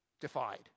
defied